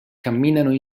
camminano